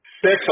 Six